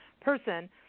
person